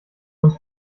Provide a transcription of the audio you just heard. uns